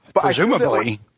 presumably